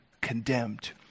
condemned